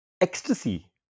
Ecstasy